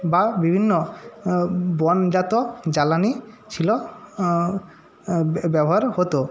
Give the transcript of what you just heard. বা বিভিন্ন বনজাত জ্বালানি ছিল ব্যবহার হতো